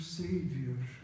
savior